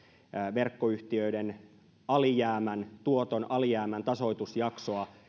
verkkoyhtiöiden tuoton alijäämän tasoitusjaksoa